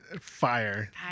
fire